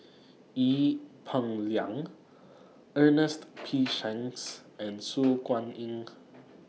Ee Peng Liang Ernest P Shanks and Su Guaning